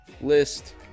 list